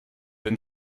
than